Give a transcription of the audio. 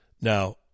Now